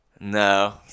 No